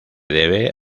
debe